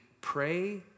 pray